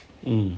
mm